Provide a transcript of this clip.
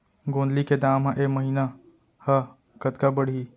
गोंदली के दाम ह ऐ महीना ह कतका बढ़ही?